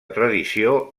tradició